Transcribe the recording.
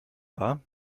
war